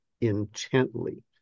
intently